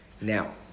Now